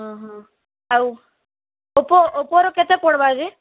ଓହୋ ଆଉ ଓପୋ ଓପୋର କେତେ ପଡ଼୍ବାଯେ